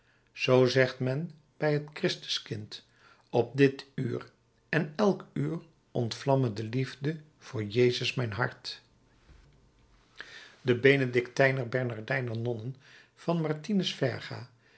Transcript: zoo zegt men bij het christuskind op dit uur en elk uur ontvlamme de liefde voor jezus mijn hart de benedictijner bernardijner nonnen van martinus verga